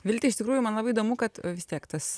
vilte iš tikrųjų man labai įdomu kad vis tiek tas